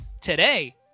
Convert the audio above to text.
today